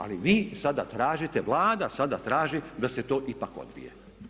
Ali vi sada tražite, Vlada sada traži da se to ipak odbije.